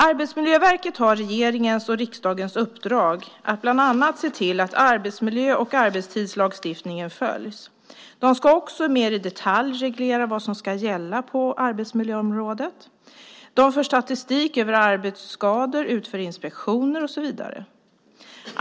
Arbetsmiljöverket har regeringens och riksdagens uppdrag att bland annat se till att arbetsmiljö och arbetstidslagstiftningen följs. De ska också mer i detalj reglera vad som ska gälla på arbetsmiljöområdet. De för statistik över arbetsskador, utför inspektioner och så vidare.